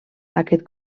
aquest